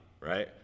right